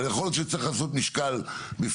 אבל יכול להיות שצריך לעשות משקל בפנים,